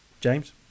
James